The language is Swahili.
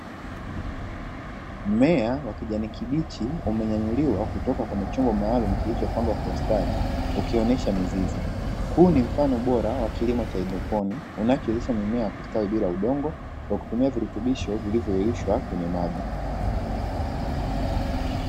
Mmea wa kijani kibichi umenyanyuliwa kutoka kwenye chombo maalumu kilichopangwa kwa ustadi, ukionyesha mizizi huu ni mfano bora wa kilimo cha haidroponi unachoonyesha mimea ya kustawi bila udongo kwa kutumia virutubisho vilivyoyeyushwa kwenye maji.